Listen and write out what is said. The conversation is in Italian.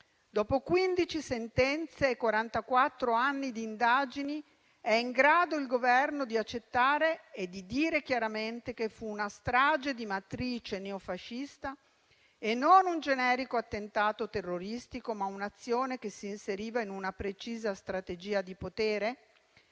e quarantaquattro anni di indagini, è in grado il Governo di accettare e di dire chiaramente che fu una strage di matrice neofascista e non un generico attentato terroristico, ma un'azione che si inseriva in una precisa strategia di potere?